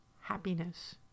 happiness